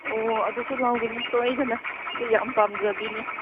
ꯑꯣ ꯑꯗꯨꯁꯨ ꯂꯧꯒꯅꯤ ꯁꯣꯏꯗꯅ ꯑꯗꯨ ꯌꯥꯝ ꯄꯥꯝꯖꯕꯤꯅꯤ